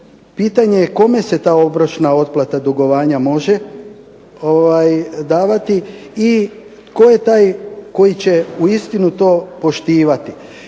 pitanje je kome se ta obročna otplata dugovanja može davati i tko je taj koji će uistinu to poštivati